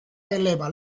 eleva